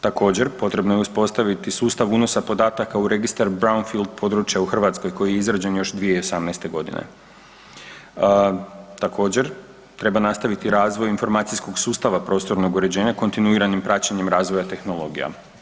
Također potrebno je uspostaviti sustav unosa podataka u Registar brownfield područja u Hrvatskoj koji je izrađen još 2018.g. Također treba nastaviti razvoj informacijskog sustava prostornog uređenja kontinuiranim praćenjem razvoja tehnologija.